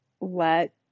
Let